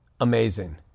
Amazing